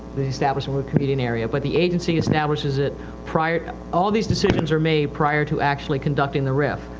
establishing commuting area. but the agency establishes it prior, all these decisions are made prior to actually conducting the rif,